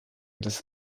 des